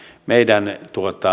meidän